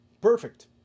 perfect